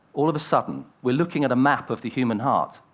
all of a sudden, we're looking at a map of the human heart.